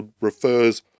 refers